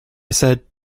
said